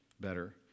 better